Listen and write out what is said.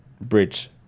bridge